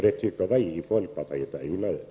Det anser vi i folkpartiet är onödigt.